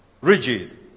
rigid